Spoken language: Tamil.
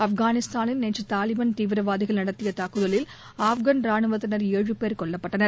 ஆப்கானிஸ்தானில் நேற்று தாலிபன் தீவிரவாதிகள் நடத்திய தாக்குதலில் ஆப்கன் ராணுவத்தினர் ஏழு பேர் கொல்லப்பட்டனர்